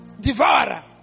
devourer